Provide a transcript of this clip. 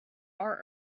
our